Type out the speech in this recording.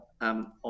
on